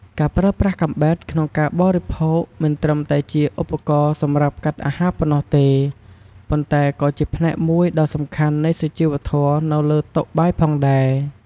ការប្រើប្រាស់កាំបិតក្នុងការបរិភោគមិនត្រឹមតែជាឧបករណ៍សម្រាប់កាត់អាហារប៉ុណ្ណោះទេ ប៉ុន្តែក៏ជាផ្នែកមួយដ៏សំខាន់នៃសុជីវធម៌នៅលើតុបាយផងដែរ។